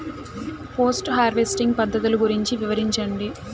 Post harvesting పద్ధతులు గురించి వివరించండి?